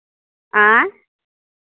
आँय